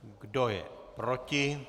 Kdo je proti?